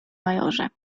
majorze